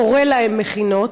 קורא להן מכינות.